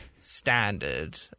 standard